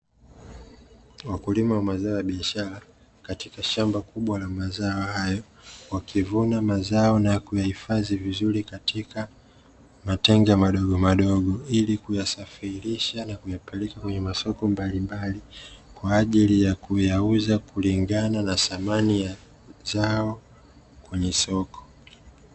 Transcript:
Wakulima wa mazao ya biashara katika shamba kubwa la mazao hayo, wakivuna mazao na ya kuyahifadhi vizuri katika matenga madogo madogo, ili kuyasafirisha na kuyapeleka kwenye masoko mbalimbali kwa ajili ya kuyauza kulingana na thamani ya zao kwenye soko.